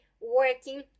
working